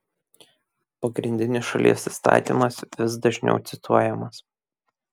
pagrindinis šalies įstatymas vis dažniau cituojamas